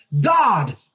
God